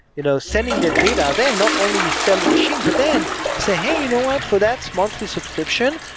you know sending their data, they're not only sell the machine, but then say, hey, you know what? for that's monthly subscription,